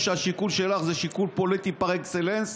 היא שהשיקול שלך הוא שיקול פוליטי פר-אקסלנס: